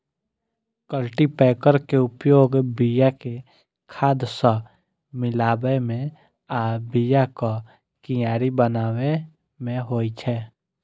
cultipacker के उपयोग बिया कें खाद सं मिलाबै मे आ बियाक कियारी बनाबै मे होइ छै